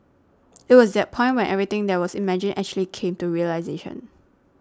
it was that point when everything that was imagined actually came to realisation